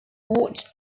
what